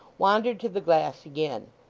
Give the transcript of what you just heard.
wandered to the glass again.